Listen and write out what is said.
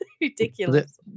Ridiculous